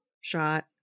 shot